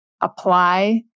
apply